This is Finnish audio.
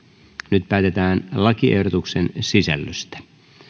nyt päätetään lakiehdotuksen sisällöstä